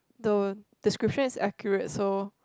the description is accurate so